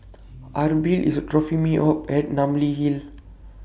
Abril IS dropping Me off At Namly Hill